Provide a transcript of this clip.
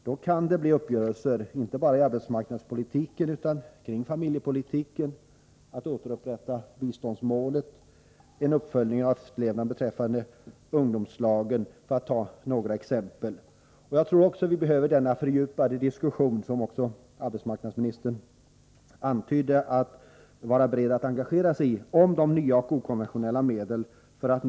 Då kan uppgörelser komma till stånd, inte bara inom arbetsmarknadspolitiken utan även inom familjepolitiken, när det gäller att återupprätta målet för biståndspolitiken och att följa upp efterlevnaden av reglerna för ungdomslagen — för att nämna några exempel. Jag tror också att vi behöver sådana fördjupade diskussioner om okonventionella medel för att nå en god balans på arbetsmarknaden, och arbetsmarknadsministern antydde att hon var beredd att engagera sig i detta.